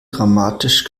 dramatisch